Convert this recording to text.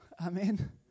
Amen